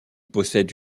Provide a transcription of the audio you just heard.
possède